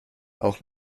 auch